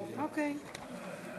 מייד מגיעה.